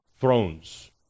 Thrones